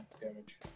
damage